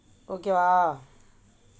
okay வா:vaa